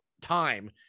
time